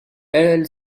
elle